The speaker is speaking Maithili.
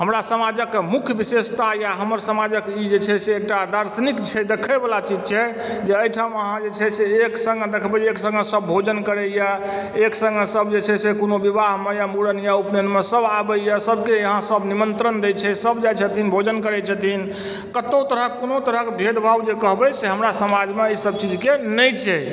हमरा समाजक मुख्य विशेषता यए हमर समाजक ई जे छै से एकटा दार्शनिक छै देखैवला चीज छै जे एहिठाम अहाँ जे छै से एक सङ्गे देखबै जे एक सङ्गे सभ भोजन करैए एक सङ्गे सभ जे छै से कोनो विवाहमे या मूड़न या उपनयनमे सभ आबैए सभके यहाँ सभ निमन्त्रण दैत छै सभ जाइत छथिन भोजन करैत छथिन कतहु तरहक कोनो तरहक भेदभाव जे कहबै से हमरा समाजमे एहि सभ चीजके नहि छै